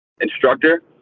instructor